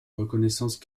reconnaissance